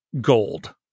gold